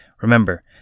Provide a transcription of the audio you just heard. Remember